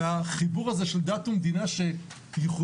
החיבור הזה של דת ומדינה שייחודי,